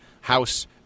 house